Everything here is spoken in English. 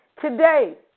Today